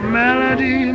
melody